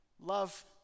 love